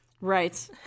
Right